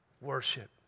worship